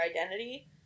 identity